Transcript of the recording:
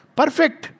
Perfect